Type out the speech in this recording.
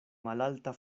malalta